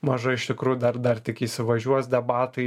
maža iš tikrųjų dar dar tik įsivažiuos debatai